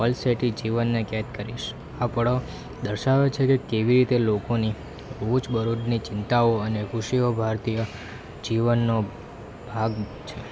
પલસેટી જીવનને કેદ કરીશ આ પળો દર્શાવે છે કે કેવી રીતે લોકોની રોજબરોજની ચિંતાઓ અને ખુશીઓ ભારતીય જીવનનો ભાગ છે